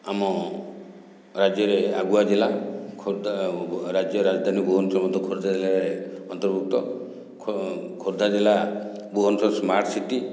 ଆମ ରାଜ୍ୟରେ ଆଗୁଆ ଜିଲ୍ଲା ଖୋର୍ଦ୍ଧା ରାଜ୍ୟ ରାଜଧାନୀ ଭୁବନେଶ୍ୱର ମଧ୍ୟ ଖୋର୍ଦ୍ଧା ଜିଲ୍ଲାରେ ଅନ୍ତର୍ଭୁକ୍ତ ଖୋର୍ଦ୍ଧା ଜିଲ୍ଲା ଭୁବନେଶ୍ୱର ସ୍ମାର୍ଟ ସିଟି